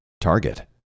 Target